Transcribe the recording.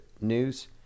News